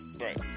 Right